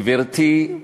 גברתי,